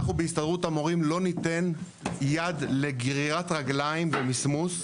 אנחנו בהסתדרות המורים לא ניתן יד לגרירת רגליים ומסמוס.